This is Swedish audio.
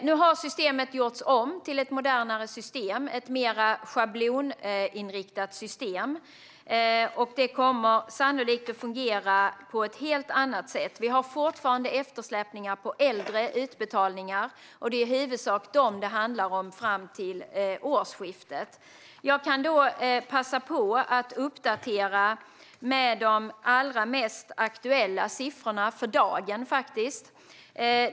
Nu har systemet gjorts om till ett modernare, mer schabloninriktat system. Det kommer sannolikt att fungera på ett helt annat sätt. Vi har fortfarande eftersläpningar på äldre utbetalningar. Det är i huvudsak dem det handlar om fram till årsskiftet. Jag kan passa på att uppdatera med de allra mest aktuella siffrorna för dagen.